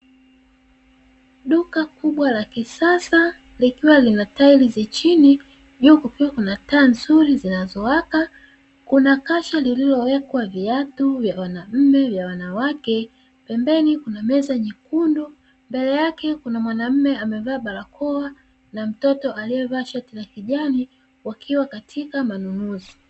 Duka kubwa la kisasa likiwa lina "tiles" chini, juu kukiwa kuna taa nzuri zinazowaka. Kuna kasha lililowekwa viatu vya wanamume, vya wanawake. Pembeni kuna meza nyekundu, mbele yake kuna mwanamume amevaa barakoa na mtoto aliyevaa shati la kijani wakiwa katika manunuzi.